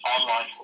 online